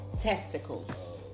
testicles